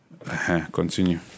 Continue